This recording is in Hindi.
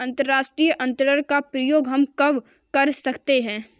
अंतर्राष्ट्रीय अंतरण का प्रयोग हम कब कर सकते हैं?